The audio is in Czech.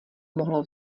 mohlo